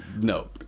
No